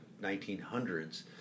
1900s